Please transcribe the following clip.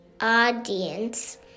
audience